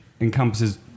encompasses